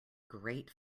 great